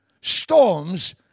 Storms